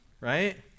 right